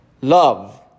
love